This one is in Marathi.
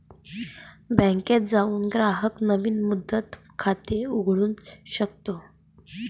बँकेत जाऊन ग्राहक नवीन मुदत खाते उघडू शकतो